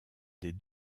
des